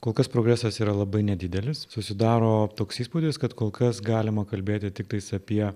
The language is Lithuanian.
kol kas progresas yra labai nedidelis susidaro toks įspūdis kad kol kas galima kalbėti tiktais apie